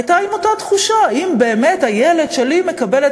הייתי עם אותה תחושה: האם באמת הילד שלי מקבל את